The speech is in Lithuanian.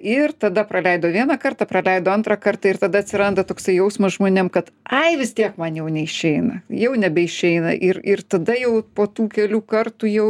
ir tada praleido vieną kartą praleido antrą kartą ir tada atsiranda toksai jausmas žmonėm kad ai vis tiek man jau neišeina jau nebeišeina ir ir tada jau po tų kelių kartų jau